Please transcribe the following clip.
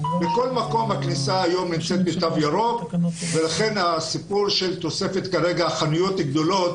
בכל מקום הכניסה היום נעשית בתו ירוק ולכן הסיפור של תוספת חנויות גדולות